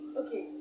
okay